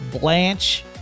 Blanche